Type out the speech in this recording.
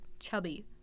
chubby